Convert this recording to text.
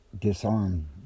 disarmed